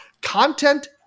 content